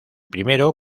primero